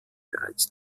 bereits